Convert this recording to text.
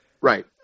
Right